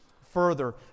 further